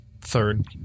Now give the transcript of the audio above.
third